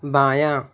بایاں